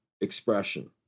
expression